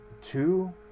two